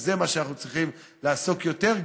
בזה אנחנו צריכים לעסוק יותר,